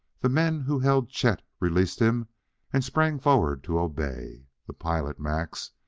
the men who held chet released him and sprang forward to obey. the pilot, max,